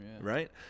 Right